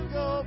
go